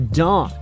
dawn